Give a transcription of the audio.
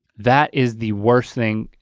that is the worst thing.